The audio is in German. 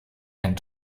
ein